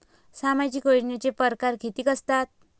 सामाजिक योजनेचे परकार कितीक असतात?